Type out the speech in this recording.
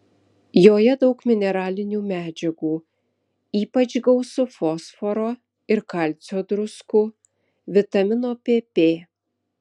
joje daug mineralinių medžiagų ypač gausu fosforo ir kalcio druskų vitamino pp